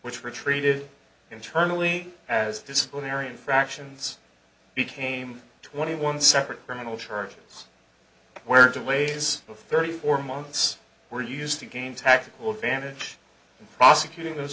which were treated internally as disciplinary infractions became twenty one separate criminal charges were two ways of thirty four months were used to gain tactical advantage in prosecuting those